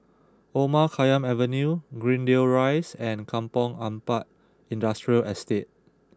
Omar Khayyam Avenue Greendale Rise and Kampong Ampat Industrial Estate